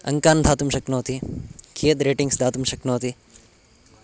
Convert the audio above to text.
अङ्कान् दातुं शक्नोति कियत् रेटिङ्ग्स् दातुं शक्नोति